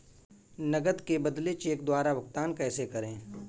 नकद के बदले चेक द्वारा भुगतान कैसे करें?